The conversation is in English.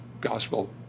gospel